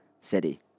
city